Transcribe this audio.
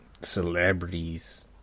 celebrities